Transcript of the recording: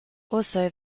also